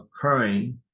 occurring